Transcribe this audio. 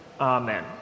Amen